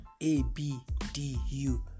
A-B-D-U